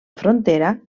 frontera